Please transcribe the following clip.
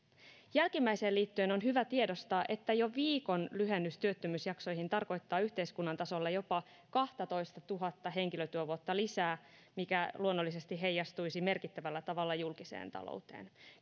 jälkimmäiseen liittyen on hyvä tiedostaa että jo viikon lyhennys työttömyysjaksoihin tarkoittaa yhteiskunnan tasolla jopa kahtatoistatuhatta henkilötyövuotta lisää mikä luonnollisesti heijastuisi merkittävällä tavalla julkiseen talouteen